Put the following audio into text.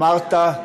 אמרת: